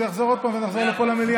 זה יחזור עוד פעם ונחזור לפה, למליאה.